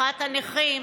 מחאת הנכים,